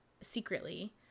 secretly